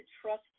trust